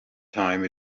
time